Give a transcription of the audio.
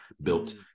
built